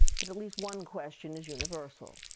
but at least one question is universal.